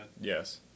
Yes